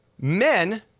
men